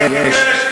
אני מבקש,